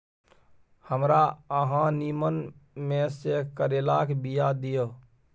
हमरा अहाँ नीमन में से करैलाक बीया दिय?